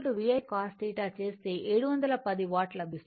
కాబట్టి P VI cos θ చేస్తే 710 watt లభిస్తుంది